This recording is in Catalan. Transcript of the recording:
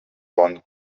bon